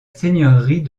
seigneurie